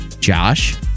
Josh